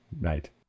Right